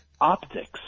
optics